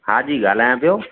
हां जी ॻाल्हांयां पियो